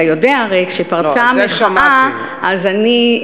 אתה יודע הרי, כשפרצה המחאה, את זה שמעתי.